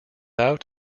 out